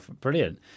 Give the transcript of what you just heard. brilliant